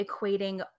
equating